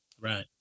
right